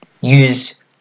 use